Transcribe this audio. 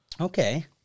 Okay